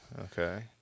Okay